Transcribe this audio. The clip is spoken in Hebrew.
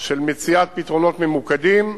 של מציאת פתרונות ממוקדים.